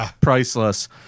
priceless